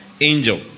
angel